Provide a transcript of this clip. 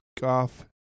golf